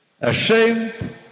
Ashamed